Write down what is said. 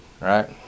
right